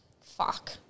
fuck